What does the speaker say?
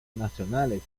nacionales